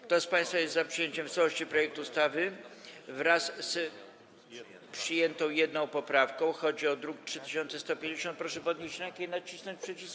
Kto z państwa jest za przyjęciem w całości projektu ustawy, wraz z przyjętą jedną poprawką, chodzi o druk nr 3150, proszę podnieść rękę i nacisnąć przycisk.